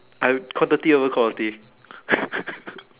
I quantity over quality